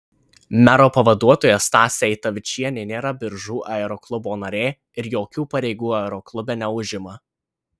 mero pavaduotoja stasė eitavičienė nėra biržų aeroklubo narė ir jokių pareigų aeroklube neužima